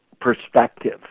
perspective